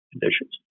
conditions